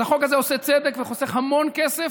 אז החוק הזה עושה צדק וחוסך המון כסף,